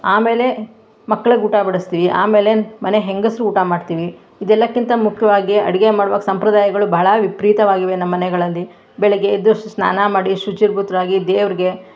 ಆಮೇಲೆ ಮಕ್ಳಿಗೆ ಊಟ ಬಡಿಸ್ತೀವಿ ಆಮೇಲೆ ಮನೆ ಹೆಂಗಸರು ಊಟ ಮಾಡ್ತೀವಿ ಇದೆಲ್ಲಕ್ಕಿಂತ ಮುಖ್ಯವಾಗಿ ಅಡುಗೆ ಮಾಡ್ವಾಗ ಸಂಪ್ರದಾಯಗಳು ಭಾಳ ವಿಪರೀತವಾಗಿವೆ ನಮ್ಮ ಮನೆಗಳಲ್ಲಿ ಬೆಳಗ್ಗೆ ಎದ್ದು ಸ್ನಾನ ಮಾಡಿ ಶುಚಿರ್ಭೂತರಾಗಿ ದೇವ್ರಿಗೆ